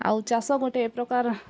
ଆଉ ଚାଷ ଗୋଟେ ଏ ପ୍ରକାର